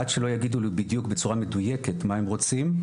עד שלא יגידו לו בדיוק בצורה מדויקת מה הם רוצים,